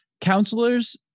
counselors